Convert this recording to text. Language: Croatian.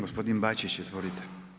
Gospodin Bačić, izvolite.